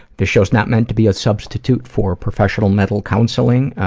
this show is not meant to be a substitute for professional mental counseling,